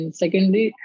secondly